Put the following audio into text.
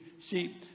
see